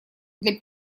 для